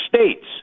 States